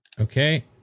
Okay